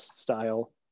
style